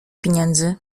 pieniędzy